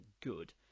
good